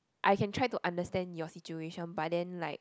I can try to understand your situation but then like